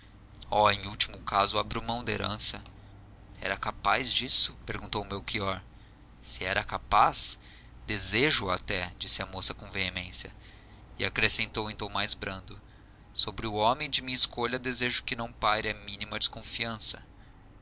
oh em último caso abro mão da herança era capaz disso perguntou melchior se era capaz desejo o até disse a moça com veemência e acrescentou em tom mais brando sobre o homem de minha escolha desejo que não paire a mínima desconfiança